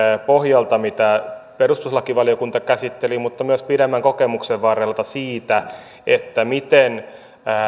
pohjalta mitä perustuslakivaliokunta käsitteli mutta myös pidemmän kokemuksen varrelta siitä miten